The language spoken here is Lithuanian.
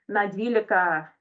na dvylika